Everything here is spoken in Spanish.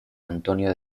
antonio